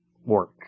work